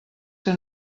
que